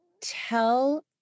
tell